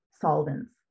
solvents